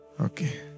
Okay